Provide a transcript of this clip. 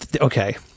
Okay